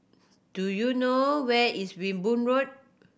do you know where is Wimborne Road